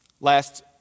Last